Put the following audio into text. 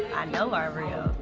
i know are real.